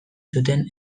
zuten